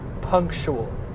punctual